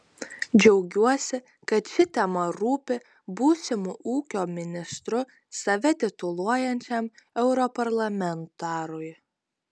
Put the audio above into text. džiaugiuosi kad ši tema rūpi būsimu ūkio ministru save tituluojančiam europarlamentarui